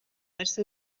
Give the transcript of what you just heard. нәрсә